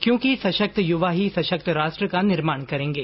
क्योंकि सशक्त युवा ही सशक्त राष्ट्र का निर्माण करेंगे